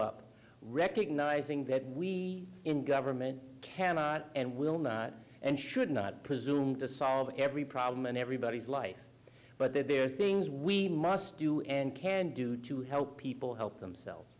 up recognizing that we in government cannot and will not and should not presume to solve every problem in everybody's life but that there are things we must do and can do to help people help themselves